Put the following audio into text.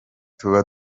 tuba